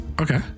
okay